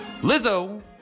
Lizzo